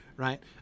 Right